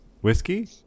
Whiskey